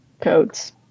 codes